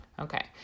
Okay